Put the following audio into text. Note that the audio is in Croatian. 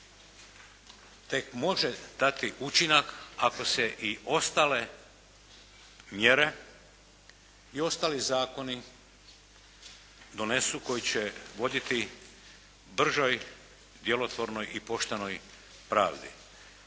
tek može dati učinak ako se i ostale mjere i ostali zakoni donesu koji će voditi bržoj, djelotvornoj i poštenoj pravdi.